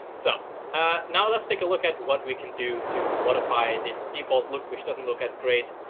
so ah now let's take a look at what we can do to modify this default look, which doesn't look as great,